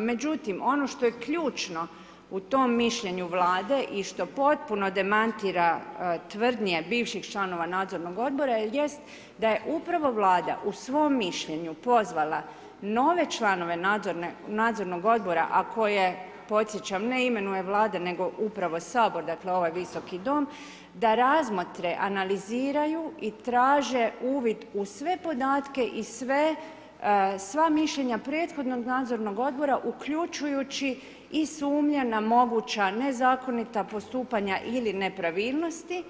Međutim, ono što je ključno u tom mišljenju Vlade i što potpuno demantira tvrdnje bivših članova Nadzornog odbora jest da je upravo Vlada u svom mišljenju pozvala nove članove Nadzornog odbora, a koje podsjećam ne imenuje Vlada nego upravo Sabor, dakle ovaj Visoki dom, da razmotre, analiziraju i traže uvid u sve podatke i sva mišljenja prethodnog Nadzornog odbora uključujući i sumnje na moguća nezakonita postupanja ili nepravilnosti,